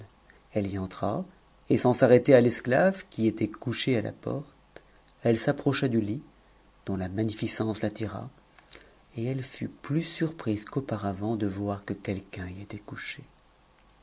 elle y entra et sans s'arrêter à l'es e qui était couché à la porte elle s'approcha du lit dont la magni c ce l'attira et elle fut plus surprise qu'auparavant de voir que quely était couché